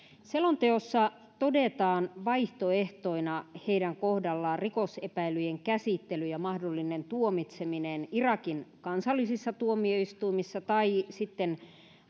selonteossa todetaan vaihtoehtoina heidän kohdallaan rikosepäilyjen käsittely ja mahdollinen tuomitseminen irakin kansallisissa tuomioistuimissa tai sitten